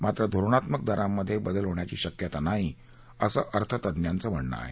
मात्र धोरणात्मक दरांमधेत बदल होण्याची शक्यता नाही असं अर्थतज्ञांचं म्हणणं आहे